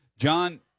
John